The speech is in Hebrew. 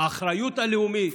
האחריות הלאומית.